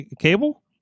Cable